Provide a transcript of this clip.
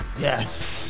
Yes